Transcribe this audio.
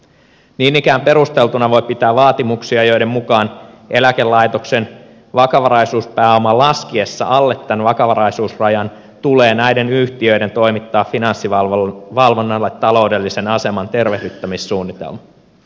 niin ikään perusteltuna voi pitää vaatimuksia joiden mukaan eläkelaitoksen vakavaraisuuspääoman laskiessa alle tämän vakavaraisuusrajan tulee näiden yhtiöiden toimittaa finanssivalvonnalle ta loudellisen aseman tervehdyttämissuunnitelma